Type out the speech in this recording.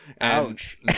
Ouch